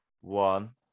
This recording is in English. one